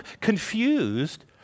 confused